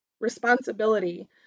responsibility